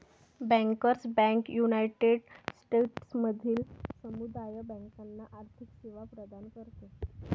bankers bank United स्टेट्समधील समुदाय बँकांना आर्थिक सेवा प्रदान करते